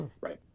right